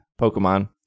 Pokemon